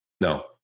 no